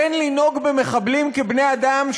אין לנהוג במחבלים כבני-אדם,